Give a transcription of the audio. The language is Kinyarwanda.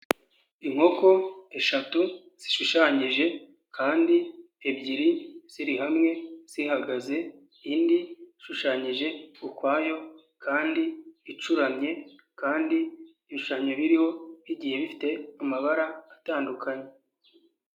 Inkoko eshatu zishushanyije kandi ebyiri ziri hamwe zihagaze, indi ishushanyije ukwayo kandi icuramye kandi ibishushanyo biriho bigiye bifite amabara atandukanye.